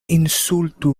insultu